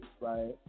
right